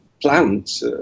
Plants